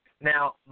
Now